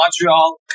Montreal